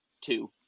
two